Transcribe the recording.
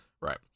Right